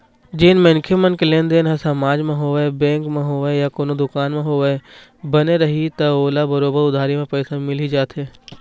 जेन मनखे मन के लेनदेन ह समाज म होवय, बेंक म होवय या कोनो दुकान म होवय, बने रइही त ओला बरोबर उधारी म पइसा मिल ही जाथे